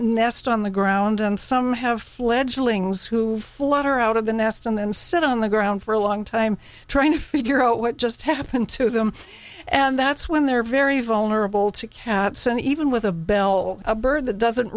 nest on the ground and some have fledglings who flutter out of the nest and then sit on the ground for a long time trying to figure out what just happened to them and that's when they're very vulnerable to cats and even with a bell a bird that doesn't